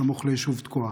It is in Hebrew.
סמוך ליישוב תקוע.